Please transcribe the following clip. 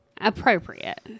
appropriate